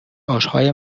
آشهای